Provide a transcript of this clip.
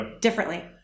differently